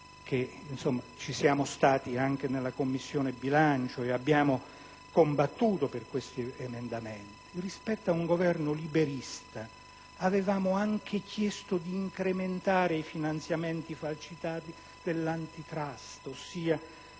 lavorato insieme in Commissione bilancio e abbiamo combattuto per questi emendamenti. Infine, rispetto ad un Governo "liberista", avevamo anche chiesto di incrementare i finanziamenti falcidiati dell'Antitrust, ossia